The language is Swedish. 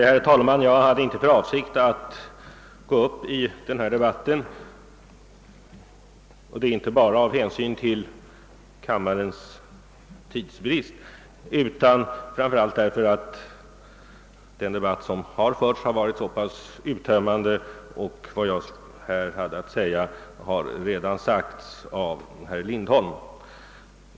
Herr talman! Jag hade inte för avsikt att gå upp i denna debatt — inte bara av hänsyn till kammarens tidsbrist utan även och framför allt därför att den debatt som förts har varit så uttömmande och därför att det jag skulle ha att säga redan sagts av herr Lindholm.